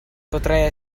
potrei